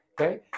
Okay